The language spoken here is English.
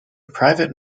private